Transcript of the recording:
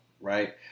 right